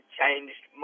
changed